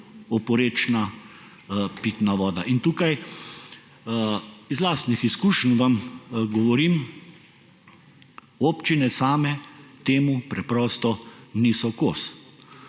oporečna pitna voda. Iz lastnih izkušenj vam govorim, občine same temu preprosto niso kos.